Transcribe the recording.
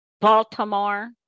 Baltimore